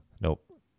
Nope